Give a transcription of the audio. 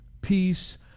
peace